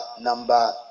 number